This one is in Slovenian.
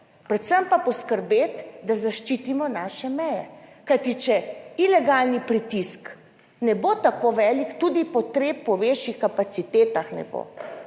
predvsem pa poskrbeti, da zaščitimo naše meje. Kajti če ilegalni pritisk ne bo tako velik, tudi potreb po večjih kapacitetah ne bo,